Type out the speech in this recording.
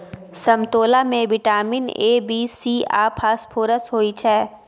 समतोला मे vitamin A, B, C आ फास्फोरस होइ छै